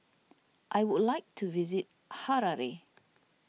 I would like to visit Harare